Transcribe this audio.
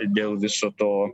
dėl viso to